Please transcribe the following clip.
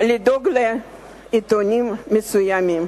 לדאוג לעיתונים מסוימים.